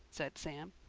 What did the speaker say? said sam.